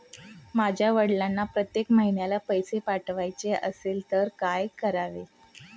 माझ्या वडिलांना प्रत्येक महिन्याला पैसे पाठवायचे असतील तर काय करावे?